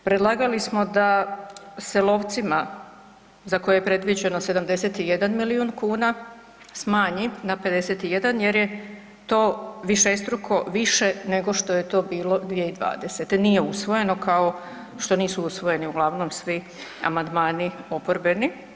Predlagali smo da se lovcima za koje je predviđeno 71 milion kuna smanji na 51 jer je to višestruko više nego što je to bilo 2020., nije usvojeno kao što nisu usvojeni uglavnom svi amandmani oporbeni.